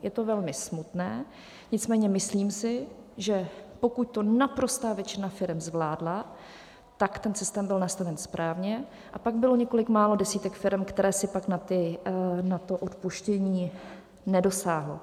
Je to velmi smutné, nicméně si myslím, že pokud to naprostá většina firem zvládla, tak ten systém byl nastaven správně, a pak bylo několik málo desítek firem, které si pak na to odpuštění nedosáhly.